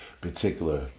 particular